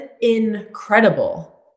incredible